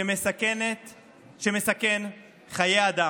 שמסכן חיי אדם,